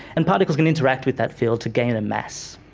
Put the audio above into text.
and particles can interact with that field to gain a mass.